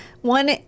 One